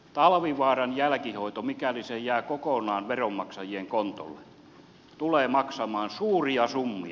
talvivaaran jälkihoito mikäli se jää kokonaan veronmaksajien kontolle tulee maksamaan suuria summia